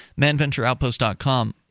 manventureoutpost.com